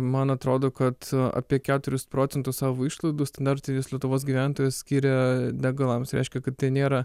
man atrodo kad apie keturis procentų savo išlaidų standartinis lietuvos gyventojas skiria degalams reiškia kad tai nėra